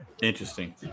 Interesting